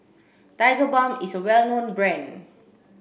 Tigerbalm is a well known brand